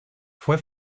fue